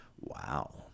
Wow